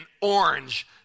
orange